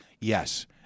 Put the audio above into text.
Yes